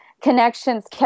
connections